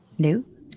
New